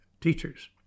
teachers